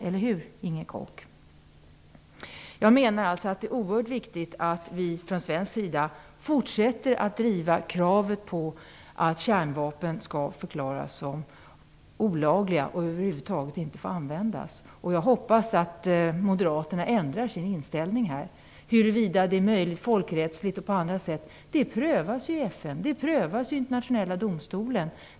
Eller hur, Jag menar alltså att det är oerhört viktigt att vi från svensk sida fortsätter att driva kravet på att kärnvapen skall förklaras som olagliga och över huvud taget inte få användas. Jag hoppas att Moderaterna ändrar sin inställning här. Huruvida det är möjligt folkrättsligt och på annat sätt, det prövas ju i FN, det prövas i Internationella domstolen.